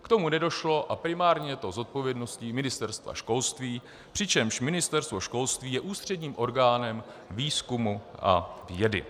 K tomu nedošlo a primárně je to zodpovědností Ministerstva školství, přičemž Ministerstvo školství je ústředním orgánem výzkumu a vědy.